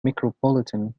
micropolitan